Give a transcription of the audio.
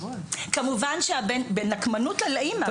בנקמנות לאימא.